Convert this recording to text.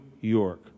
York